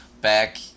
back